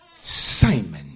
Simon